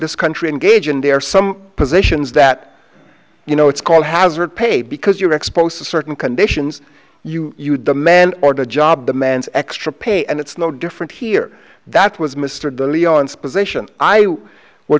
this country engage in there are some positions that you know it's called hazard pay because you're exposed to certain conditions you you demand or the job demands extra pay and it's no different here that was mr de leon's position i w